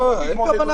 רציניים?